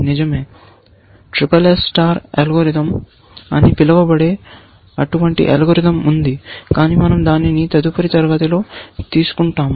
నిజమే SSS star algorithm అని పిలువబడే అటువంటి అల్గోరిథం ఉంది కాని మనం దానిని తదుపరి తరగతిలో తీసుకుంటాము